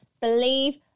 believe